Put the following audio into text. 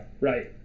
Right